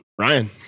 Ryan